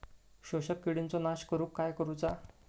शोषक किडींचो नाश करूक काय करुचा?